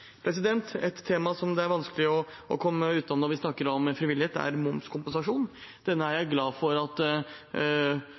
Et tema som det er vanskelig å komme utenom når vi snakker om frivillighet, er momskompensasjon. Denne er jeg